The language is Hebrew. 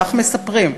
כך מספרים.